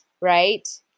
right